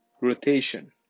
Rotation